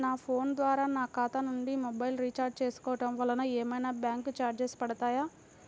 నా ఫోన్ ద్వారా నా ఖాతా నుండి మొబైల్ రీఛార్జ్ చేసుకోవటం వలన ఏమైనా బ్యాంకు చార్జెస్ పడతాయా?